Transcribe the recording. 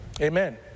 Amen